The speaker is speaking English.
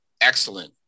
excellent